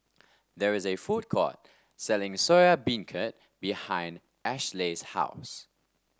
there is a food court selling Soya Beancurd behind Ashleigh's house